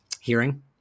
hearing